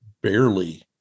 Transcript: barely